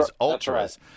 Ultras